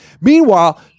Meanwhile